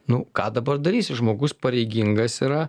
nu ką dabar darysi žmogus pareigingas yra